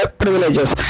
privileges